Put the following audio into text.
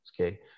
Okay